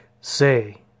Say